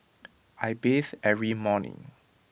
I bathe every morning